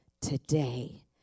today